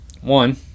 one